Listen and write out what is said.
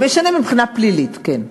זה משנה מבחינה פלילית, כן,